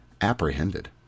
apprehended